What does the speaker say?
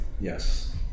Yes